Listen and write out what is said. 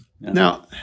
Now